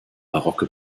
barocke